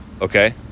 Okay